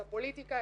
את הפוליטיקה,